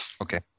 okay